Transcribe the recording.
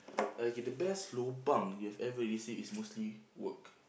okay the best lobang you have ever received is mostly work